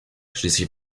schließlich